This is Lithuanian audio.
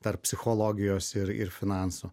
tarp psichologijos ir ir finansų